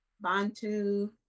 Bantu